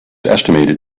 estimated